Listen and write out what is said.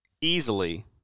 easily